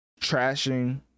trashing